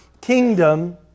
kingdom